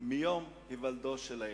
מיום היוולדו של הילד.